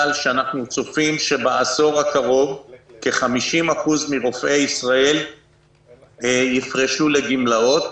שאנחנו צופים שבעשור הקרוב כ-50% מרופאי ישראל יפרשו לגמלאות.